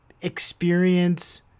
experience